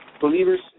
believers